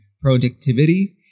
productivity